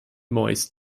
moist